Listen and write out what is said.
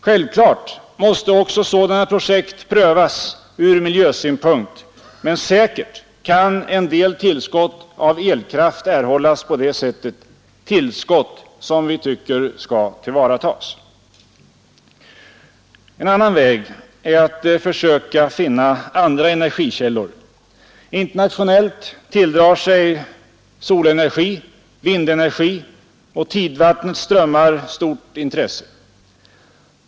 Självfallet måste också sådana projekt prövas ur miljösynpunkt, men säkert kan en del tillskott av elkraft erhållas på det sättet, tillskott som vi tycker skall tillvaratas. En annan väg är att försöka finna ytterligare energikällor. Internationellt tilldrar sig solenergi, vindenergi och tidvattnets strömmar stort intresse.